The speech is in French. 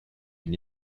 une